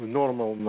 normal